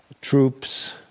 troops